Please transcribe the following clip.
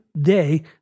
day